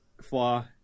flaw